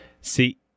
See